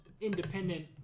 independent